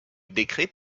décret